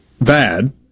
bad